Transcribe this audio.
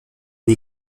une